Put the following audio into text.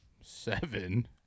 Seven